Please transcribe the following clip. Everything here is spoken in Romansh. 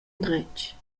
endretg